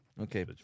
Okay